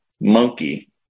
monkey